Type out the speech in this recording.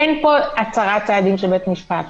אין פה הצרת צעדים של בית משפט.